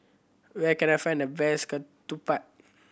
where can I find the best Ketupat